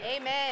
Amen